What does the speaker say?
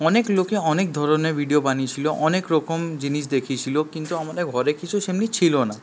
অনেক লোকে অনেক ধরনের ভিডিও বানিয়েছিলো অনেক রকম জিনিস দেখিয়েছিল কিন্তু আমার ঘরে কিছু সেমনই ছিল না